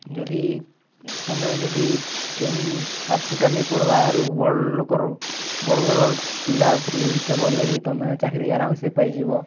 ଯଦି ତୁମେ ଯଦି କେନ୍ ପାଠ୍ପୁଠା ନାଇଁ ପଢ଼ବାର୍ ଆରୁ ବଡ଼ ଲୋକର ବଡ଼ଘର ପିଲାପିଲି ହେଇଛ ବୋଲେ ବି ତୁମେ ଚାକିରୀ ଆରାମ୍ସେ ପାଇଯିବ